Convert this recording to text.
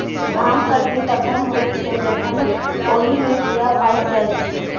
भांग कटनी तखन होइत छै जखन ओहि मे बीया पाइक जाइत छै